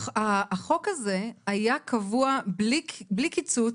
החוק הזה היה קבוע בלי קיצוץ.